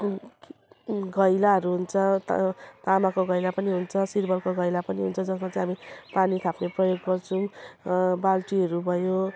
कु घैलाहरू हुन्छ त तामाको घैला पनि हुन्छ सिल्भरको घैला पनि हुन्छ जसमा चाहिँ हामी पानी थाप्न प्रयोग गर्छौँ बाल्टीहरू भयो